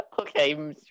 Okay